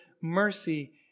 mercy